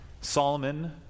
Solomon